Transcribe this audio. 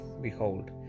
Behold